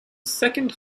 second